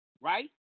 Right